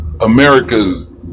America's